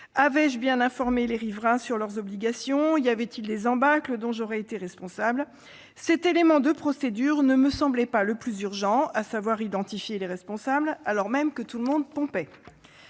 Avais-je bien informé les riverains sur leurs obligations ? Existait-il des embâcles dont j'aurais été responsable ? Cet élément de procédure, à savoir identifier les responsables alors même que tout le monde pompait,